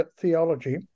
theology